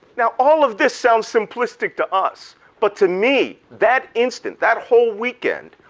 now all of this sounds simplistic to us but to me, that instant, that whole weekend,